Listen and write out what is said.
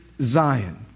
Zion